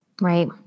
Right